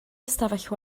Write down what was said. ystafell